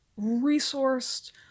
resourced